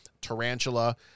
Tarantula